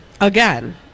Again